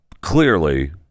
Clearly